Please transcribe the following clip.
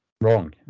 wrong